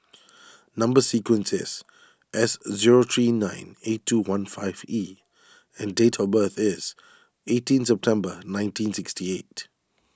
Number Sequence is S zero three nine eight two one five E and date of birth is eighteen September nineteen sixty eight